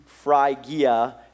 Phrygia